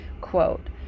quote